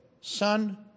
Son